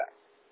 effect